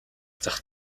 зах